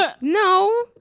No